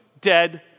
dead